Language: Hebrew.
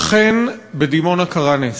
אכן, בדימונה קרה נס.